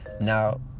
Now